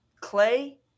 Clay